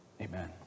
Amen